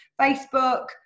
facebook